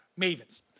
mavens